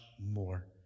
more